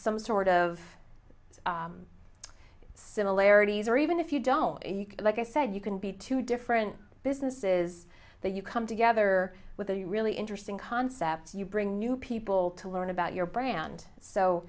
some sort of similarities or even if you don't like i said you can be two different businesses that you come together with a really interesting concept you bring new people to learn about your brand so